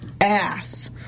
ass